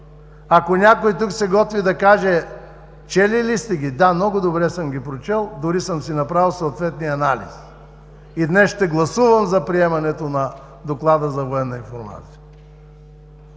Ако някой тук се готви да каже: „Чели ли сте ги?“ – да, много добре съм ги прочел, дори съм си направил съответния анализ и днес ще гласувам „за“ приемане на Доклада на „Военна информация“.